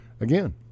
Again